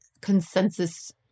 consensus